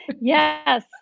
Yes